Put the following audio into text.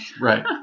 Right